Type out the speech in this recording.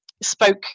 spoke